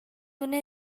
una